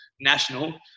national